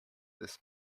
this